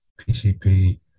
PCP